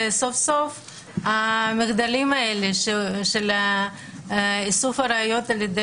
שסוף-סוף המחדלים האלה של איסוף הראיות על ידי